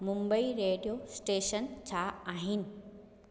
Mumbai radio station छा आहिनि